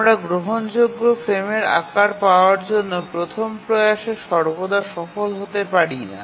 আমরা গ্রহণযোগ্য ফ্রেমের আকার পাওয়ার জন্য প্রথম প্রয়াসে সর্বদা সফল হতে পারি না